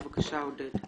בבקשה, עודד.